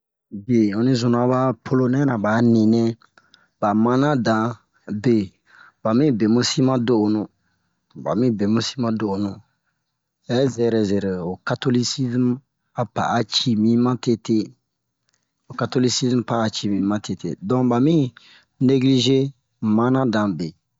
Biye un onni zuna ba polonɛn ra ba'a ni nɛ ba mana dan be ba mi be mu si ma do'onu ba mi be mu si ma do'onu hɛ zɛrɛ zɛrɛ ho katolisizm a pa'a ci mi ma tete katolisizm pa'a ci mi ma tete don ba mi neglize mana dan be